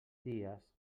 dies